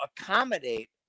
accommodate